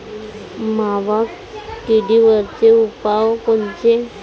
मावा किडीवरचे उपाव कोनचे?